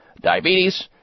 diabetes